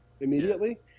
immediately